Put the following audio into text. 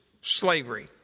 slavery